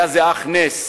היה זה אך נס